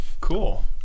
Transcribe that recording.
Cool